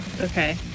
Okay